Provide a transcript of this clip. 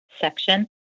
section